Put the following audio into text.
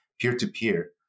peer-to-peer